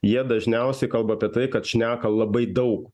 jie dažniausiai kalba apie tai kad šneka labai daug